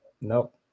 Nope